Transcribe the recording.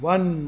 One